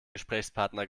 gesprächspartner